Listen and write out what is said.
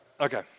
Okay